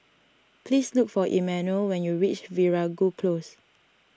please look for Emmanuel when you reach Veeragoo Close